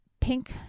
Pink